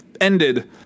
ended